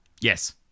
Yes